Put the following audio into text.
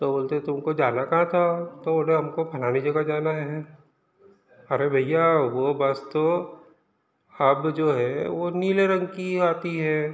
तो बोलते हैं तुमको जाना कहाँ था तो बोल रहे हमको फलानी जगह जाना है अरे भईया वो बस तो अब जो है वो नीले रंग की ही आती है